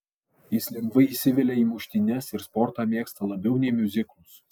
jis lengvai įsivelia į muštynes ir sportą mėgsta labiau nei miuziklus